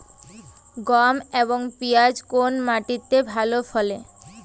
গম এবং পিয়াজ কোন মাটি তে ভালো ফলে?